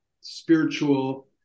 spiritual